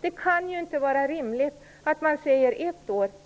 Det kan inte vara rimligt att man ett år säger: